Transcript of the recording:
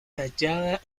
tallada